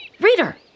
reader